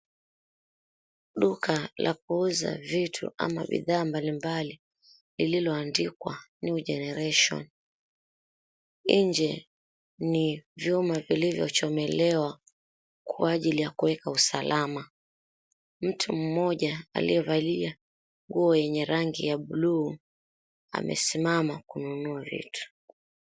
Duka la kuuza vitu ama bidhaa mbali mbali, lililoandikwa New Generation, nje ni vyuma vilivyochomelewa kwa ajili ya kuweka usalama, mtu mmoja aliyevalia nguo yenye rangi ya buluu amesimama kununua vitu.